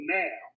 now